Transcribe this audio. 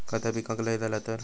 खता पिकाक लय झाला तर?